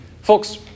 folks